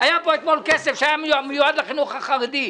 היה פה אתמול כסף שהיה מיועד לחינוך החרדי.